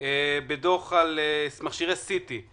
בדוח על מכשירי CT,